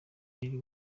lil